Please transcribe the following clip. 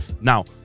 now